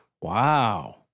Wow